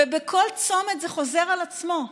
ובכל צומת זה חוזר על עצמו.